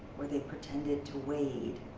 where they pretended to wade.